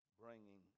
bringing